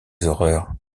horreurs